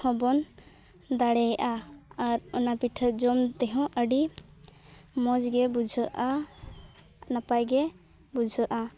ᱦᱚᱸᱵᱚᱱ ᱫᱟᱲᱮᱭᱟᱜᱼᱟ ᱟᱨ ᱚᱱᱟ ᱯᱤᱴᱷᱟᱹ ᱡᱚᱢ ᱛᱮᱦᱚᱸ ᱟᱹᱰᱤ ᱢᱚᱡᱽᱜᱮ ᱵᱩᱡᱷᱟᱜᱼᱟ ᱱᱟᱯᱟᱭᱜᱮ ᱵᱩᱡᱷᱟᱹᱜᱼᱟ